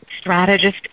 strategist